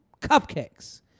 cupcakes